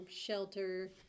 shelter